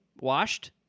washed